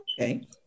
okay